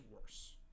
worse